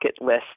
list